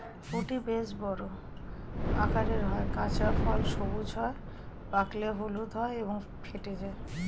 ফুটি বেশ বড় আকারের হয়, কাঁচা ফল সবুজ হয়, পাকলে হলুদ রঙের হয় এবং ফেটে যায়